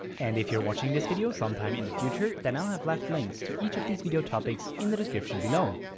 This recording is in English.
and if you're watching this video sometime in the future then i'll have left links to each of these video topics in the description below.